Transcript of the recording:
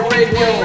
Radio